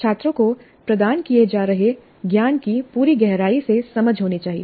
छात्रों को प्रदान किए जा रहे ज्ञान की पूरी गहराई से समझ होनी चाहिए